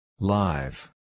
Live